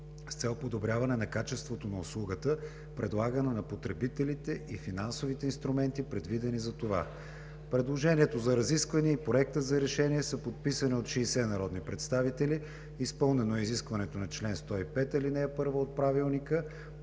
Предложението за разисквания и Проектът за решение са подписани от 60 народни представители – изпълнено е изискването на чл. 105, ал 1. От Правилника